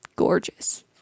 Gorgeous